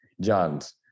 Johns